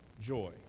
joy